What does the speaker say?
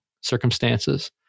circumstances